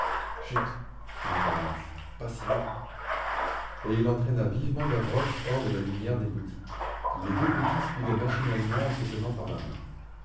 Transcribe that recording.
chut fit montparnasse pas si haut et il entraîna vivement gavroche hors de la lumière des boutiques les deux petits suivaient machinalement en se tenant par la main